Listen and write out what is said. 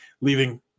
leaving